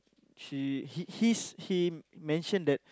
she he he's he mention that